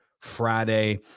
Friday